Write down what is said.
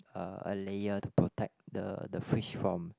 uh a layer to protect the the fish from